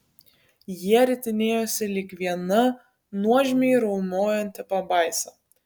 jie ritinėjosi lyg viena nuožmiai riaumojanti pabaisa